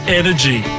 energy